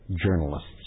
journalists